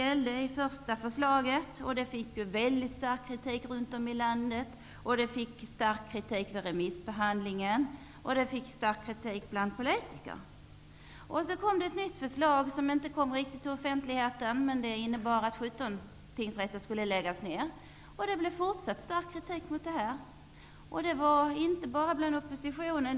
Förslaget fick väldigt stark kritik runt om i landet och också vid remissbehandlingen. Det fick stark kritik också bland politiker. Sedan kom ett nytt förslag som inte riktigt kommit till offentligheten, men det innebar att 17 tingsrätter skulle läggas ned. Det blev stark kritik mot det, inte bara bland oppositionen.